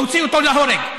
להוציא אותו להורג.